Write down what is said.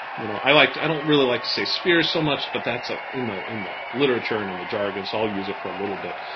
you know, i liked. i don't really like to say spheres so much, but that's ah in the in the literature and in the jargon, so i'll use it for a little bit.